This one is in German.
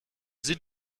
sind